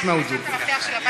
מיש מאוג'ודה.